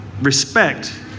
respect